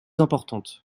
importantes